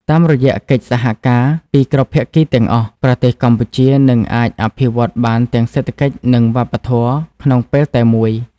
តាមរយៈកិច្ចសហការពីគ្រប់ភាគីទាំងអស់ ប្រទេសកម្ពុជានឹងអាចអភិវឌ្ឍបានទាំងសេដ្ឋកិច្ចនិងវប្បធម៌ក្នុងពេលតែមួយ។